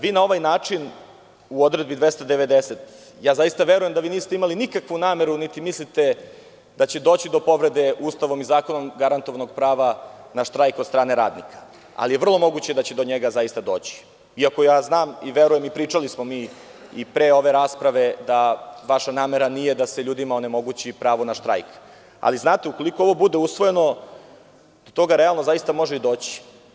Vi na ovaj način u odredbi 290, zaista verujem da niste imali nikakvu nameru, niti mislite da će doći do povrede Ustavom i zakonom garantovanog prava na štrajk od strane radnika, ali je vrlo moguće da će do njega zaista doći, iako znam i verujem, pričali smo i pre ove rasprave da vaša namera nije da se ljudima onemogući pravo na štrajk, ali ukoliko ovo bude usvojeno, do toga realno zaista može i doći.